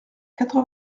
quatre